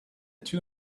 two